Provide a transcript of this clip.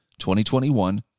2021